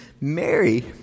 Mary